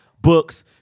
books